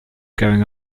going